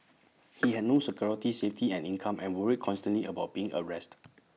he had no security safety and income and worried constantly about being arrested